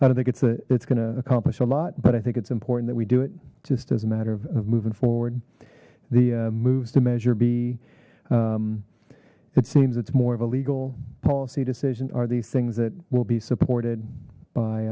i don't think it's the it's going to accomplish a lot but i think it's important that we do it just as a matter of moving forward the moves to measure b it seems it's more of a legal policy decision are these things that will be supported